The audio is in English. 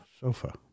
sofa